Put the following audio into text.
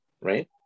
right